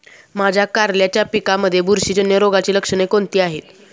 माझ्या कारल्याच्या पिकामध्ये बुरशीजन्य रोगाची लक्षणे कोणती आहेत?